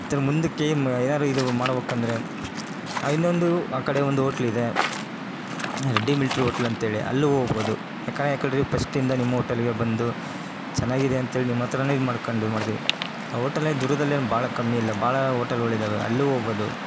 ಈ ಥರ ಮುಂದಕ್ಕೆ ಏನಾರೂ ಇದು ಮಾಡ್ಬೇಕಂದ್ರೆ ಆಂ ಇನ್ನೊಂದು ಆ ಕಡೆ ಒಂದು ಓಟ್ಲ್ ಇದೆ ರೆಡ್ಡಿ ಮಿಲ್ಟ್ರಿ ಓಟ್ಲ್ ಅಂತೇಳಿ ಅಲ್ಲೂ ಹೋಗ್ಬೋದು ಯಾಕಂದ್ರೆ ಯಾಕೆ ಹೇಳ್ರಿ ಪಸ್ಟಿಂದ ನಿಮ್ಮ ಓಟೆಲ್ಲಿಗೆ ಬಂದು ಚೆನ್ನಾಗಿದೆ ಅಂತೇಳಿ ನಿಮ್ಮ ಹತ್ರನೇ ಇದು ಮಾಡ್ಕೊಂಡು ಮಾಡಿದ್ವಿ ಓಟೆಲ್ ಏನು ದುರ್ಗದಲ್ಲಿ ಭಾಳ ಕಮ್ಮಿ ಇಲ್ಲ ಭಾಳ ಓಟೆಲ್ಗಳ್ ಇದ್ದಾವೆ ಅಲ್ಲೂ ಹೋಗ್ಬೋದು